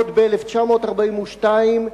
עוד ב-1942,